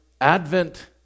Advent